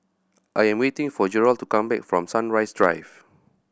I am waiting for Jerald to come back from Sunrise Drive